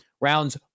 rounds